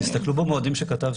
תסתכלו במועדים שכתבתי.